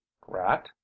Grat